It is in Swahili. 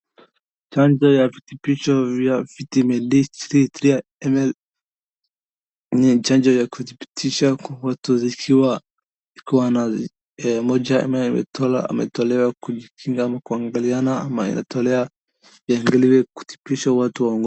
Chanja ya virutobisho ya Vitamin D3 3ml , ni chanjo ya kujipitisha kwa watu zikiwa, zikiwa na moja ml imetolewa kujikinga ama kuangaliana, ama inatolewa pia kuangaliwa kujipitisha watu.